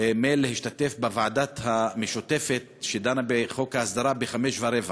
מייל להשתתף בוועדה המשותפת שדנה בחוק ההסדרה ב-17:15,